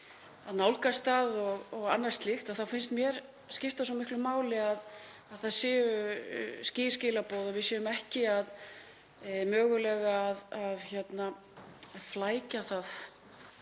að nálgast og annað slíkt þá finnst mér skipta svo miklu máli að það séu skýr skilaboð og við séum ekki mögulega að flækja það